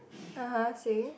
(uh huh) same